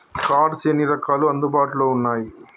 Cards ఎన్ని రకాలు అందుబాటులో ఉన్నయి?